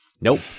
Nope